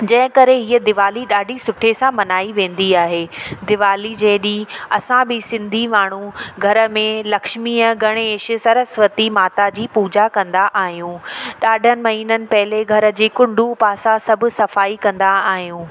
जंहिं करे ईअं दीवाली ॾाढी सुठे सां मल्हाई वेंदी आहे दीवाली जे ॾींहुं असां बि सिंधी माण्हू घर में लक्ष्मीअ गणेश सरस्वती माता जी पूॼा कंदा आहियूं ॾाढनि महिननि पहिले घर जे कुंडु पासा सभु सफ़ाई कंदा आहियूं